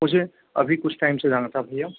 मुझे अभी कुछ टाइम से जाना था भैया